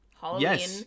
Halloween